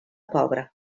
pobre